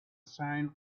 sign